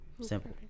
simple